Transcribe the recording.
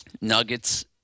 Nuggets